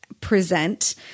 present